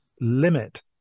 limit